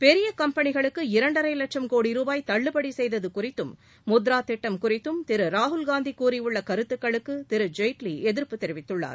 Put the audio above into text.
பெரிய கம்பெனிகளுக்கு இரண்டரை வட்சம் கோடி ரூபாய் தள்ளுபடி செய்தது குறித்தும் முத்ரா திட்டம் குறித்தும் திரு ராகுல் காந்தி கூறியுள்ள கருத்துக்களுக்கு திரு ஜேட்லி எதிர்ப்பு தெரிவித்துள்ளார்